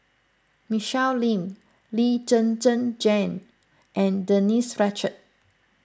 Michelle Lim Lee Zhen Zhen Jane and Denise Fletcher